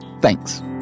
Thanks